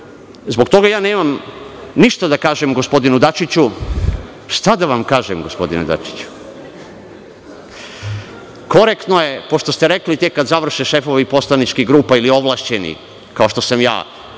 Zbog toga ja nemam ništa da kažem gospodinu Dačiću. Šta da vam kažem gospodine Dačiću? Pošto ste rekli – tek kad završe šefovi poslaničkih grupa ili ovlašćeni, kao što sam ja,